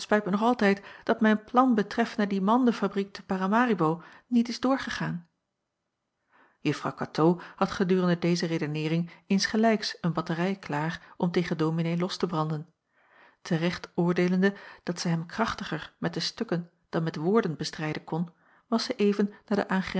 mij nog altijd dat mijn plan betreffende die mandefabriek te paramaribo niet is doorgegaan juffrouw katoo had gedurende deze redeneering insgelijks een batterij klaar om tegen dominee los te branden te recht oordeelende dat zij hem krachtiger met de stukken dan met woorden bestrijden kon was zij even naar de